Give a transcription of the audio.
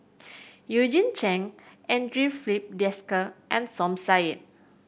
Eugene Chen Andre Filipe Desker and Som Said